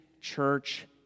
church